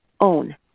own